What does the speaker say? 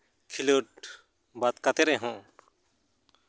ᱠᱷᱤᱞᱳᱰ ᱵᱟᱫ ᱠᱟᱛᱮᱫ ᱨᱮᱦᱚᱸ